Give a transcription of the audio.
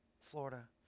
Florida